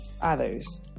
others